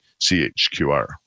CHQR